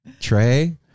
Trey